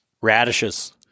Radishes